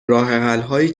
راهحلهایی